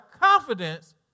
confidence